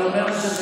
אני אומר את זה,